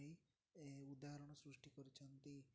ବି ଏ ଉଦାହରଣ ସୃଷ୍ଟି କରିଛନ୍ତି